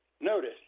Notice